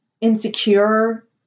insecure